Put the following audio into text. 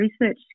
Research